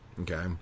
Okay